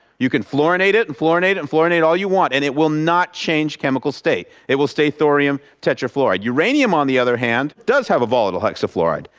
you can fluorinate it, and fluorinate it and fluorinate it all you want and it will not change chemical state. it will stay thorium-tetrafluoride. uranium, on the other hand, does have a volatile hexafluoride.